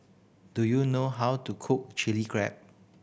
do you know how to cook Chili Crab